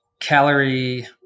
Calorie